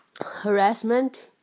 Harassment